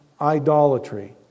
idolatry